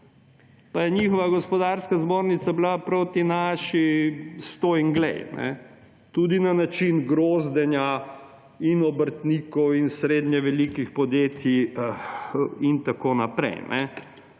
pa je njihova gospodarska zbornica bila proti naši stoj in glej! Tudi na način grozdenja in obrtnikov in srednje velikih podjetij in tako naprej.